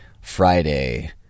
Friday